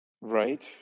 Right